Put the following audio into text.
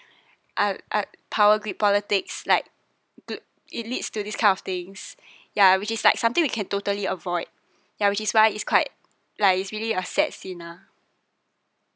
ah uh power greed politics like good it leads to these kind of things ya which is like something we can totally avoid ya which is why it's quite like it's really a sad scene ah